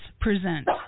present